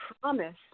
promise